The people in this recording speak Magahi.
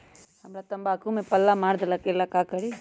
हमरा तंबाकू में पल्ला मार देलक ये ला का करी?